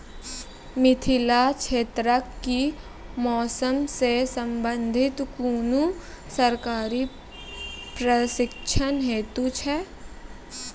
मिथिला क्षेत्रक कि मौसम से संबंधित कुनू सरकारी प्रशिक्षण हेतु छै?